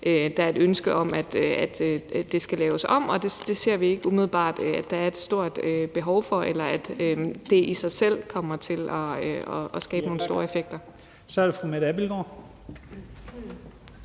der er et ønske om, at det skal laves om, og vi ser ikke umiddelbart, at der er et stort behov for det, eller at det i sig selv kommer til at skabe nogle store effekter.